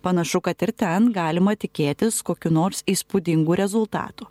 panašu kad ir ten galima tikėtis kokių nors įspūdingų rezultatų